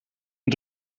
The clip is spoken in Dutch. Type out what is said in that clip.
een